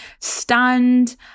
stunned